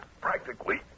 practically